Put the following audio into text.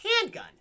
handgun